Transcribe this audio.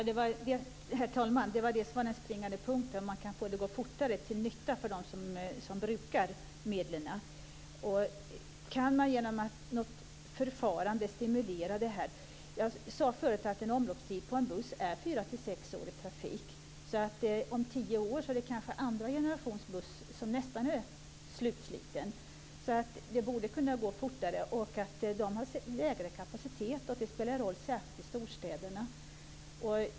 Herr talman! Den springande punkten var om man kan få det att gå fortare till nytta för dem som brukar medlen. Kan man genom något förfarande stimulera det här? Jag sade tidigare att omloppstiden för en buss är fyra till sex år i trafik. Om tio år är det kanske andra generationens bussar som nästan är utslitna. Det borde kunna gå fortare. Dessa bussar har lägre kapacitet, och det spelar en roll särskilt i storstäderna.